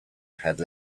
had